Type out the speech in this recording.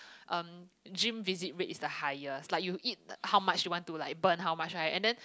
um gym visit rate is the highest like you eat how much you want to like burn how much right and then